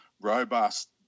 robust